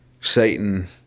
Satan